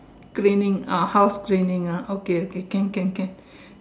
cleaning uh house cleaning ah okay can can can